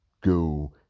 Go